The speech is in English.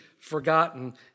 forgotten